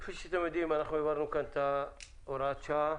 כפי שאתם יודעים, העברנו כאן את הוראת השעה.